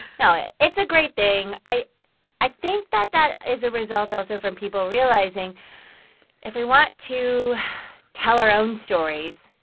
no, it's a great thing. i i think that that is a result, also, from people realizing if we want to tell our own stories,